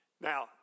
Now